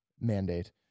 mandate